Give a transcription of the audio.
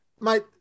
Mate